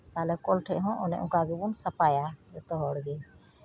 ᱛᱟᱦᱞᱮ ᱠᱚᱞ ᱴᱷᱮᱡ ᱦᱚᱸ ᱚᱱᱮ ᱚᱱᱠᱟ ᱜᱮᱵᱚᱱ ᱥᱟᱯᱷᱟᱭᱟ ᱡᱚᱛᱚ ᱦᱚᱲᱜᱮ